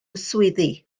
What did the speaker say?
swyddi